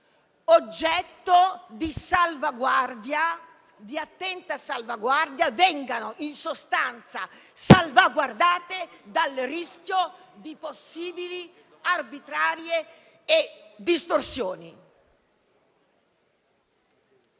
oggetto di attenta salvaguardia, vengano in sostanza salvaguardate dal rischio di possibili arbitrarie distorsioni.